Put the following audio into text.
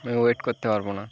wait করতে পারবো না